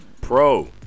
Pro